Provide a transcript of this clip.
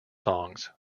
songs